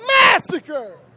massacre